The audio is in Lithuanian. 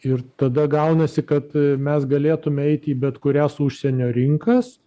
ir tada gaunasi kad mes galėtume eiti į bet kurias užsienio rinkas